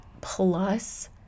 plus